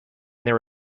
their